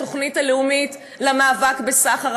התוכנית הלאומית למאבק בסחר,